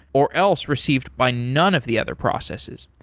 or else received by none of the other processes.